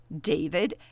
David